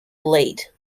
laid